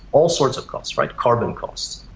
all sorts of costs, right? carbon costs.